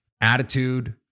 Attitude